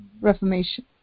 reformation